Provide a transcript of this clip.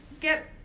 get